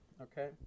Okay